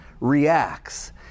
reacts